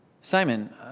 Simon